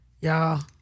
Y'all